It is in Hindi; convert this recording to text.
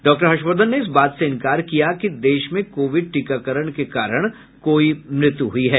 डॉक्टर हर्षवर्धन ने इस बात से इन्कार किया कि देश में कोविड टीकाकरण के कारण कोई मृत्यु हुई है